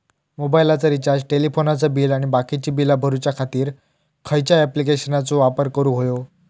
मोबाईलाचा रिचार्ज टेलिफोनाचा बिल आणि बाकीची बिला भरूच्या खातीर खयच्या ॲप्लिकेशनाचो वापर करूक होयो?